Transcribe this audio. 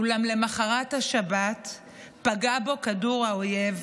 אולם למוחרת השבת פגע בו כדור האויב,